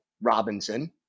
Robinson